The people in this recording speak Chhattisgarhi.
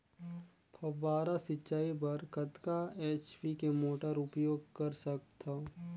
फव्वारा सिंचाई बर कतका एच.पी के मोटर उपयोग कर सकथव?